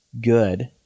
good